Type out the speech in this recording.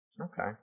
Okay